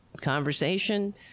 conversation